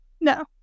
No